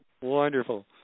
Wonderful